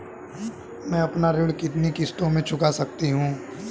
मैं अपना ऋण कितनी किश्तों में चुका सकती हूँ?